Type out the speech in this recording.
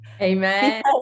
Amen